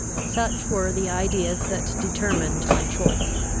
such were the ideas that determined my choice.